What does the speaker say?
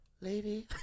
lady